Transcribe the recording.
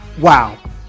Wow